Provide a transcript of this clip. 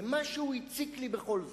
ומשהו הציק לי בכל זאת.